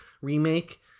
remake